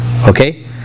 Okay